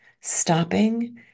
stopping